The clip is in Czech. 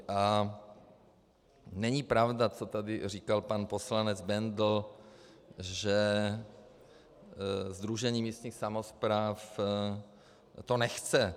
A není pravda, co tady říkal pan poslanec Bendl, že Sdružení místních samospráv to nechce.